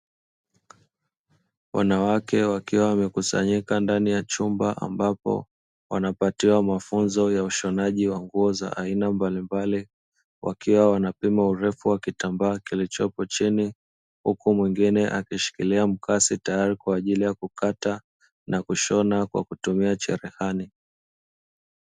Wanawake wakiwa wamekusanyika ndani ya chumba ambapo wamepatiwa mafunzo yaushonaji wa nguo za aina mbalimbali, ikiwa wanapima urefu wa kitambaa kilichopo chini huku mwingine akishikilia mkasi tayari kwa ajili ya kukata na kushona kwa kutumia cherehani.